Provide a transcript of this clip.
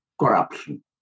corruption